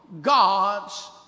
God's